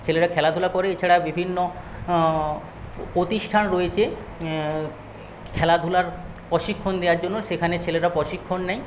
ছেলেরা খেলাধুলা করে এছাড়া বিভিন্ন প্রতিষ্ঠান রয়েছে খেলাধুলার প্রশিক্ষণ দেওয়ার জন্য সেখানে ছেলেরা প্রশিক্ষণ নেয়